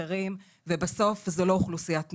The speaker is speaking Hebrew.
ואחרים ובסוף זאת לא אוכלוסיית נישה.